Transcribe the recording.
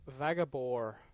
vagabore